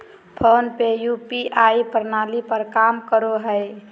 phone पे UPI प्रणाली पर काम करो हय